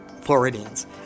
Floridians